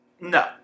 No